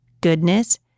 goodness